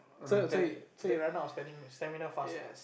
so so you so you run out of stamina stamina fast lah